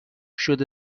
شده